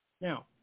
Now